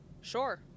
sure